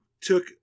took